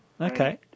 Okay